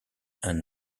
and